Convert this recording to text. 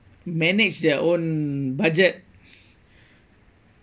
manage their own budget